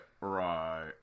right